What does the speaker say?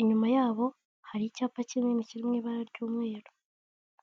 inyuma yabo hari icyapa kinini kiri mu ibara ry'umweru.